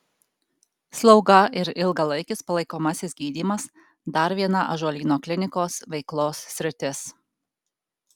slauga ir ilgalaikis palaikomasis gydymas dar viena ąžuolyno klinikos veiklos sritis